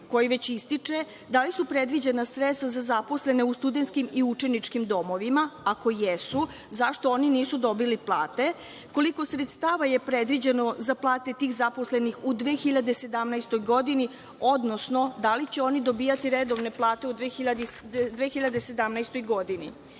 koji već ističe, predviđena sredstva za zaposlene u studenskim i učeničkim domovima? Ako jesu, zašto oni nisu dobili plate? Koliko sredstava je predviđeno za plate tih zaposlenih u 2017. godini, odnosno da li će oni dobijati redovne plate u 2017. godini?